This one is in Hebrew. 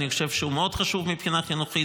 אני חושב שהוא מאוד חשוב מבחינה חינוכית,